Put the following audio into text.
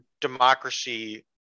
democracy